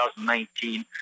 2019